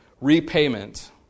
repayment